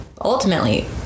ultimately